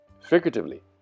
figuratively